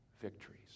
victories